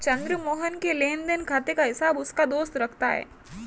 चंद्र मोहन के लेनदेन खाते का हिसाब उसका दोस्त रखता है